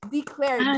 Declare